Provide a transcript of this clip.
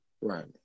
Right